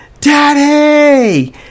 Daddy